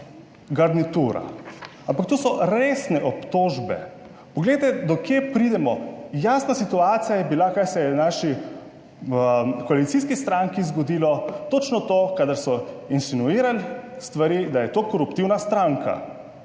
garnitura. Ampak to so resne obtožbe. Poglejte, do kje pridemo. Jasna situacija je bila, kaj se je naši koalicijski stranki zgodilo. Točno to. Kadar so insinuirali stvari, da je to koruptivna stranka.